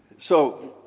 so